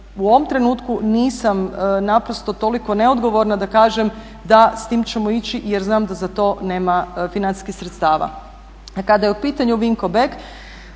u ovom trenutku nisam naprosto toliko neodgovorna da kažem da s time ćemo ići jer znam da za to nema financijskih sredstava. A kada je u pitanju Vinko Bek,